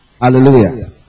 Hallelujah